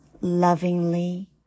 lovingly